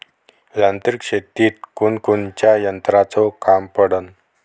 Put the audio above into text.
यांत्रिक शेतीत कोनकोनच्या यंत्राचं काम पडन?